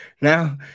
Now